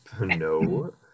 No